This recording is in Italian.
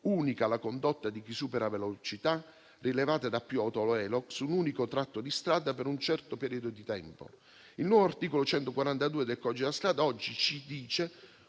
unica la condotta di chi supera velocità rilevate da più autovelox su un unico tratto di strada per un certo periodo di tempo. Il nuovo articolo 142 del codice della strada oggi stabilisce